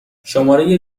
شماره